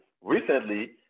recently